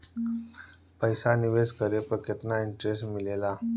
पईसा निवेश करे पर केतना इंटरेस्ट मिलेला?